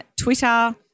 Twitter